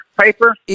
paper